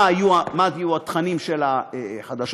מה יהיו התכנים של החדשות.